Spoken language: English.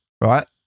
right